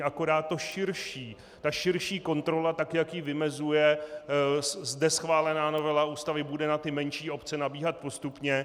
Akorát ta širší kontrola, tak jak ji vymezuje zde schválená novela Ústavy, bude na ty menší obce nabíhat postupně.